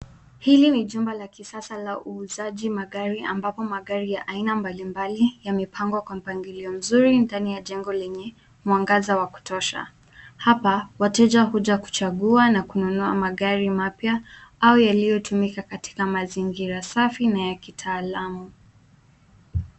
Hili ni jumba la kisasa la uuzaji magari, ambapo magari ya aina mbali mbali yamepangwa kwa mpangilio mzuri ndani ya jengo lenye mwangaza wa kutosha. Hapa wateja huja kuchagua na kununua magari mapya, au yaliyo tumika katika mazingira safi na ya kitaalam.